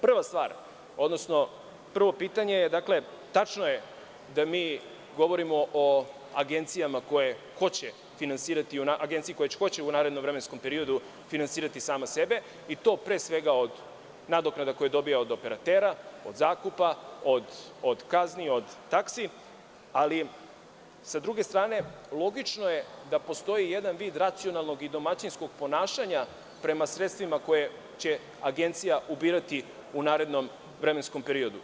Prva stvar, odnosno prvo pitanje je, dakle, tačno je da mi govorimo o agencijama koje hoće finansirati u narednom vremenskom periodu same sebe i to pre svega od nadoknada koje dobija od operatera, od zakupa, od kazni, od taksi, ali sa druge strane logično je da postoji jedan vid racionalnog i domaćinskog ponašanja prema sredstvima koje će agencija ubirati u narednom vremenskom periodu.